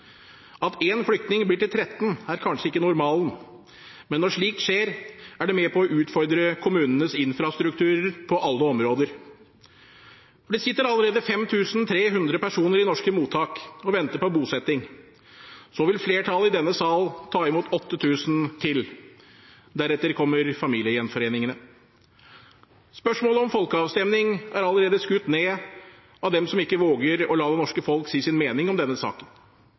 At én flyktning blir til 13, er kanskje ikke normalen. Men når slikt skjer, er det med på å utfordre kommunenes infrastruktur på alle områder, for det sitter allerede 5 300 personer i norske mottak – og venter på bosetting. Så vil flertallet i denne sal ta imot 8 000 personer til. Deretter kommer familiegjenforeningene. Spørsmålet om folkeavstemning er allerede skutt ned av dem som ikke våger å la det norske folk si sin mening om denne saken.